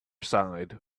side